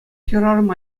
хӗрарӑм